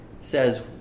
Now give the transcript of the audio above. says